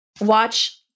watch